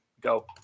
go